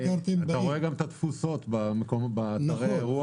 אתה גם רואה את התפוסות באתרי האירוח,